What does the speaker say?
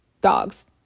dogs